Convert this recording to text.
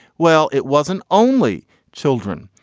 well it wasn't only children.